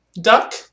Duck